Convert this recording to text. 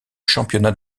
championnat